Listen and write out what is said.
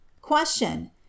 Question